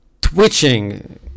twitching